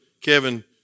Kevin